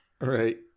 right